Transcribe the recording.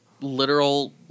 Literal